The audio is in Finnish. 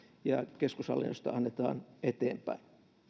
ja keskushallinnosta annetaan eteenpäin